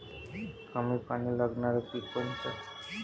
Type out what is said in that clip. कमी पानी लागनारं पिक कोनचं?